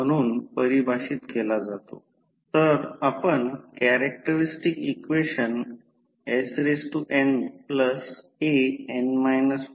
मी हे 10 सांगितले कारण उच्च व्होल्टेज बाजू व्होल्टेज 2000 व्होल्ट आहे मला आठवते की ते तेथे लिहिलेले नाही